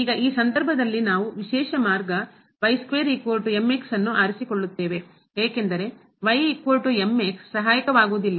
ಈಗ ಈ ಸಂದರ್ಭದಲ್ಲಿ ನಾವು ವಿಶೇಷ ಮಾರ್ಗ ಅನ್ನು ಆರಿಸಿಕೊಳ್ಳುತ್ತೇವೆ ಏಕೆಂದರೆ ಸಹಾಯಕವಾಗುವುದಿಲ್ಲ